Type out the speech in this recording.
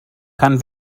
kan